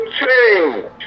change